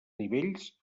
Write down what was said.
nivells